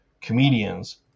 comedians